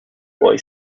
boy